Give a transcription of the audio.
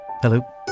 Hello